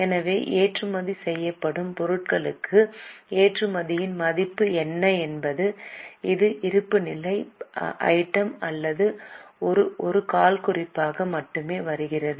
எனவே ஏற்றுமதி செய்யப்படும் பொருட்களுக்கு ஏற்றுமதியின் மதிப்பு என்ன என்பது இது இருப்புநிலை ஐட்டம் அல்ல இது ஒரு கால் குறிப்பாக மட்டுமே வருகிறது